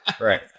Right